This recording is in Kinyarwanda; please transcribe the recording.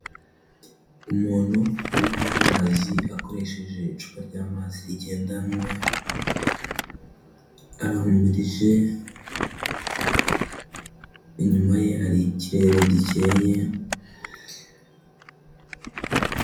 Umuntu uri kunywa amazi akoresheje icupa ry'amazi rigendanwa, arahumirije inyuma ye hari ikirere gikeye.